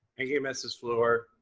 ah you, mrs. fluor.